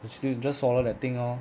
it's still just follow that thing lor